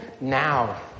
now